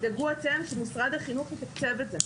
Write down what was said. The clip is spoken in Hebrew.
תדאגו אתם שמשרד החינוך יתקצב את זה.